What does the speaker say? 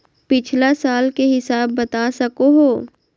पिछला साल के हिसाब बता सको हो?